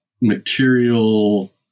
material